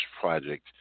project